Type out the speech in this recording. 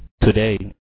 today